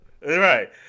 Right